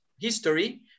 history